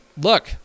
Look